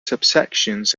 subsections